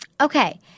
Okay